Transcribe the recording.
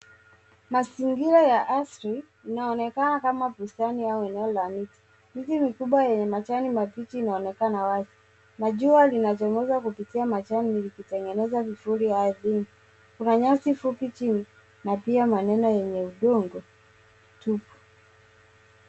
Mazingira ya asili inaonekana kam bustani au eneo la mti. Miti mikubwa yenye majani mabichi inaonekana wazi na jua linachomoza kupitia majani likitengeneza vifuli ardhini. Kuna nyasi fupi chini na pia maneno yenye udongo tupu.